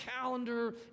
calendar